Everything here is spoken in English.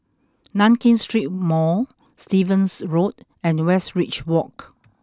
Nankin Street Mall Stevens Road and Westridge Walk